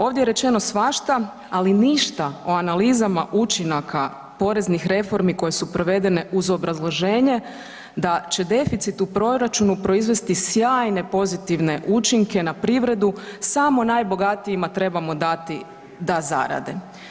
Ovdje je rečeno svašta ali ništa o analizama učinaka poreznih reformi koje su provedene uz obrazloženje da će deficit u proračunu proizvesti sjajne pozitivne učinke na privredu, samo najbogatijima trebamo da zarade.